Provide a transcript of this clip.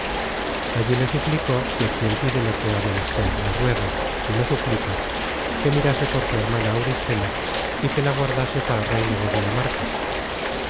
allí le suplicó que quien pide lo que ha menester no ruega si no suplica que mirase por su hermana auristela y que la guardase para reina de dinamarca